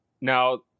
Now